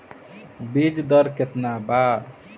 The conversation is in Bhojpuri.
बीज दर केतना बा?